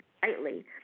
slightly